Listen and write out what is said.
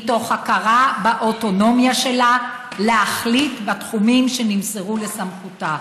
מתוך הכרה "באוטונומיה שלה להחליט בתחומים שנמסרו לסמכותה".